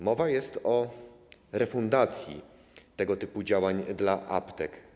Mowa jest o refundacji tego typu działań dla aptek.